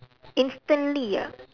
instantly ah